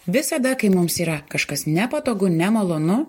visada kai mums yra kažkas nepatogu nemalonu